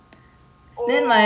oh